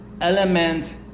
element